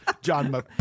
John